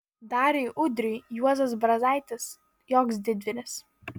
dariui udriui juozas brazaitis joks didvyris